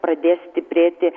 pradės stiprėti